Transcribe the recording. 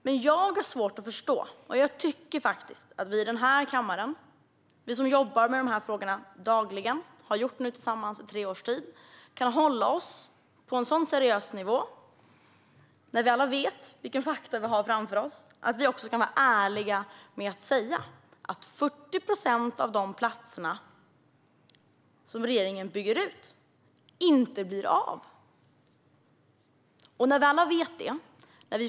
Men jag tycker faktiskt att vi i den här kammaren som tillsammans dagligen har jobbat med de här frågorna i tre års tid kan hålla oss på en seriös nivå. Vi vet alla de fakta som vi har framför oss. Då borde vi vara ärliga med att säga att 40 procent av de platser som regeringen vill utöka med inte blir av.